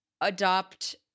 adopt –